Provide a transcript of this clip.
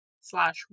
slash